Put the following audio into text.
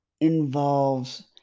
involves